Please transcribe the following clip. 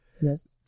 Yes